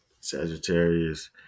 Sagittarius